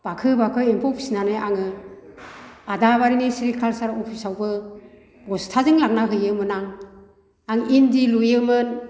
बाखो बाखो एम्फौ फिसिनानै आङो आदाबारिनि सेरिकालसार अफिसआवबो बसथाजों लांना हैयोमोन आं आं इन्दि लुयोमोन